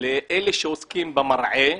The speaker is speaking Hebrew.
הזכות לאלה שעוסקים במרעה